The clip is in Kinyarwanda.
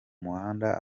muhanda